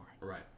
Right